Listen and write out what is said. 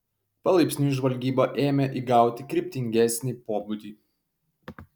palaipsniui žvalgyba ėmė įgauti kryptingesnį pobūdį